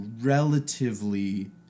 relatively